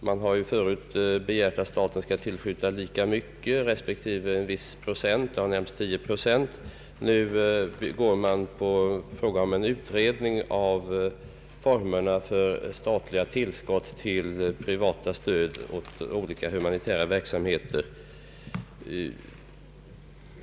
Man har förut begärt att staten skulle tillskjuta lika mycket respektive en viss procent — 10 procent har nämnts — men nu går man på en utredning av formerna för statliga tillskott till privata stöd åt olika humanitära verksamheter.